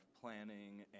planning